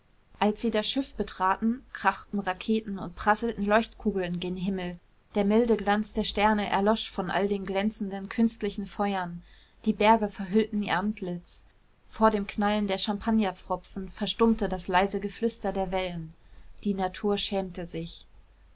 als sie das schiff betraten krachten raketen und prasselten leuchtkugeln gen himmel der milde glanz der sterne erlosch vor all den glänzenden künstlichen feuern die berge verhüllten ihr antlitz vor dem knallen der champagnerpfropfen verstummte das leise geflüster der wellen die natur schämte sich